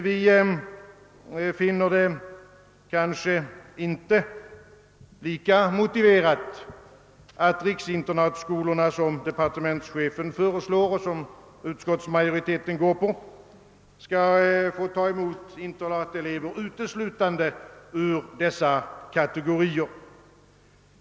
Vi finner det inte riktigt lika motiverat att riksinternatskolorna, som departementscheten föreslagit och utskottsmajoriteten anslutit sig till, skall få ta emot internateleyer ute slutande ur dessa kategorier.